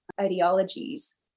ideologies